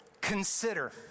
consider